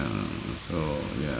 um so ya